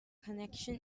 connection